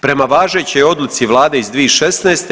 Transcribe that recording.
Prema važećoj odluci Vlade iz 2016.